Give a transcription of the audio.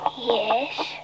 Yes